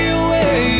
away